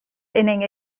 inning